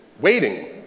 waiting